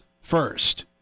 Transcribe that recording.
first